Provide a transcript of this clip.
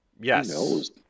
yes